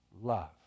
love